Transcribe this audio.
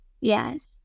Yes